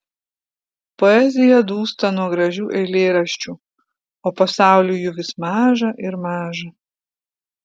poezija dūsta nuo gražių eilėraščių o pasauliui jų vis maža ir maža